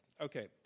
Okay